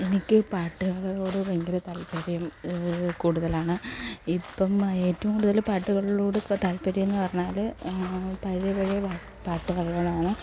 എനിക്ക് പാട്ടുകളോട് ഭയങ്കര താൽപര്യം കൂടുതലാണ് ഇപ്പം ഏറ്റവും കൂടുതൽ പാട്ടുകളോട് ഇപ്പോൾ താൽപ്പര്യം എന്ന് പറഞ്ഞാൽ പഴയ പഴയ പാട്ടുകളോടാണ്